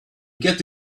get